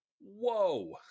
whoa